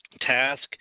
task